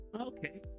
Okay